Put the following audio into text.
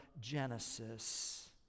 Genesis